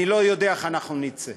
אני לא יודע איך אנחנו נצא.